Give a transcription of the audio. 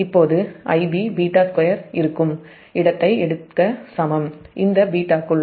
இப்போது Ibβ2 இருக்கும் இடத்தை எடுக்க சமம் இந்த β க்குள்